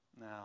Now